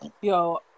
Yo